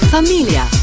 Familia